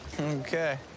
Okay